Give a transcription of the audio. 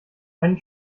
einen